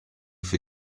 for